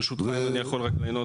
ברשותך, אם אני רק יכול לענות.